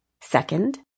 Second